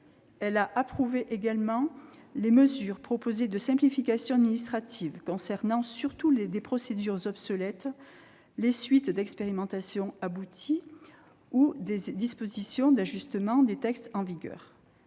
Elle a approuvé également les mesures de simplification administrative proposées concernant surtout des procédures obsolètes, les suites d'expérimentations abouties ou des dispositions d'ajustement des textes en vigueur.